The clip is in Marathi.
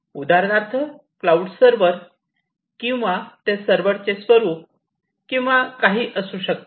उदाहरणार्थ क्लाऊड सर्व्हर किंवा ते सर्व्हरचे स्वरूप किंवा काहीही असू शकते